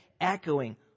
echoing